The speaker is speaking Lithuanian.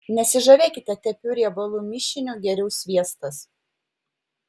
nesižavėkite tepiu riebalų mišiniu geriau sviestas